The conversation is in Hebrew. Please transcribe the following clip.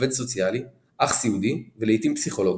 עובד סוציאלי, אח סיעודי ולעיתים פסיכולוג.